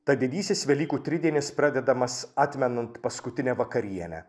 tad didysis velykų tridienis pradedamas atmenant paskutinę vakarienę